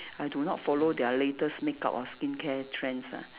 I do not follow their latest makeup or skin care trends ah